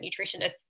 nutritionists